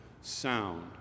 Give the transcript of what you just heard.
sound